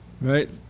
right